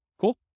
Cool